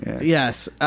Yes